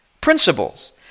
principles